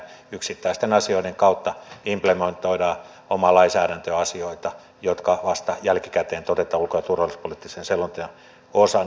yksittäisten asioiden kautta implementoidaan omaan lainsäädäntöön asioita jotka vasta jälkikäteen todetaan ulko ja turvallisuuspoliittisen selonteon osana